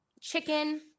chicken